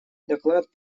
доклад